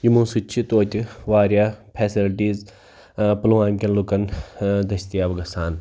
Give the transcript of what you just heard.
یِمو سۭتۍ چھِ توتہِ واریاہ فیسَلٹیٖز ٲں پُلوامکیٚن لوٗکَن ٲں دٔستِیاب گَژھان